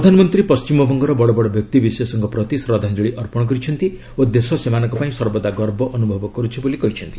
ପ୍ରଧାନମନ୍ତ୍ରୀ ପଶ୍ଚିମବଙ୍ଗର ବଡ଼ବଡ଼ ବ୍ୟକ୍ତିବିଶେଷଙ୍କ ପ୍ରତି ଶ୍ରଦ୍ଧାଞ୍ଜଳୀ ଅର୍ପଣ କରିଛନ୍ତି ଓ ଦେଶ ସେମାନଙ୍କ ପାଇଁ ସର୍ବଦା ଗର୍ବ ଅନୁଭବ କରୁଛି ବୋଲି କହିଛନ୍ତି